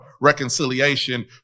reconciliation